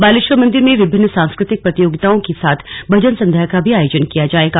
बालेश्वर मंदिर में विभिन्न सांस्कृतिक प्रतियोगिताओं के साथ भजन संध्या का भी आयोजन किया जाएगा